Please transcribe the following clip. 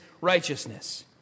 righteousness